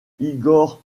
igor